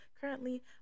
currently